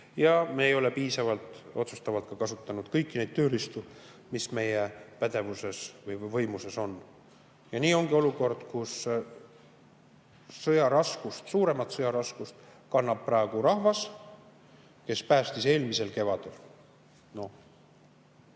ja me ei ole piisavalt otsustavalt kasutanud kõiki neid tööriistu, mis meie pädevuses või võimuses on. Ja nii ongi [tekkinud] olukord, kus suuremat sõjaraskust kannab praegu rahvas, kes päästis eelmisel kevadel